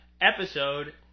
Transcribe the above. episode